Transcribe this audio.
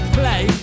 play